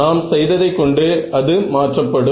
நாம் செய்ததை கொண்டு அது மாற்றப்படும்